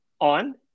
on